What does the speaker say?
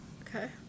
Okay